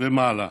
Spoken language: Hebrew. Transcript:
ומעלה